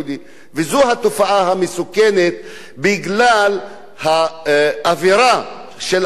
וזו התופעה המסוכנת בגלל האווירה של ה"עליהום",